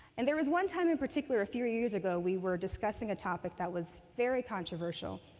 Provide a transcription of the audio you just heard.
and there was one time in particular a few years ago, we were discussing a topic that was very controversial.